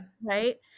Right